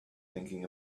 thinking